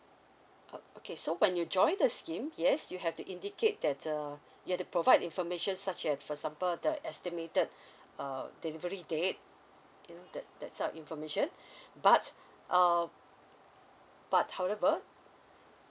okay so when you join the scheme yes you have to indicate that uh you have to provide information such as for example the estimated uh delivery date you know that's that's up information but uh but however